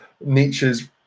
Nietzsche's